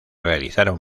realizaron